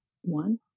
one